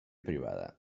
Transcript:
privada